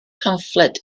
pamffled